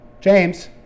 James